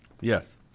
Yes